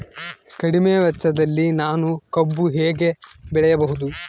ಕಡಿಮೆ ವೆಚ್ಚದಲ್ಲಿ ನಾನು ಕಬ್ಬು ಹೇಗೆ ಬೆಳೆಯಬಹುದು?